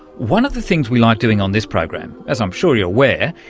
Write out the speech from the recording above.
one of the things we like doing on this program, as i'm sure you're aware,